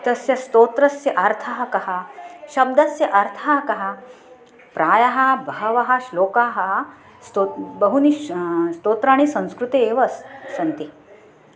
तस्य स्तोत्रस्य अर्थः कः शब्दस्य अर्थः कः प्रायः बहवः श्लोकाः स्तो बहूनि श् स्तोत्राणि संस्कृते एव अस् सन्ति